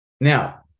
Now